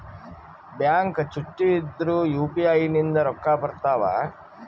Bank ಚುಟ್ಟಿ ಇದ್ರೂ UPI ನಿಂದ ರೊಕ್ಕ ಬರ್ತಾವಾ?